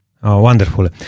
Wonderful